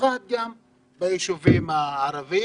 במיוחד בישובים הערביים.